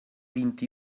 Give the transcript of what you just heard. vint